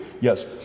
Yes